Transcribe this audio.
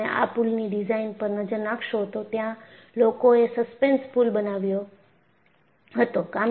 જો તમે આ પુલની ડિઝાઇન પર નજર નાખશો તો ત્યાં લોકોએ સસ્પેન્શન પુલ બનાવ્યો હતો